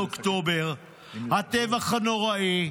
7 באוקטובר, הטבח הנוראי,